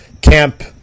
camp